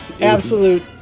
Absolute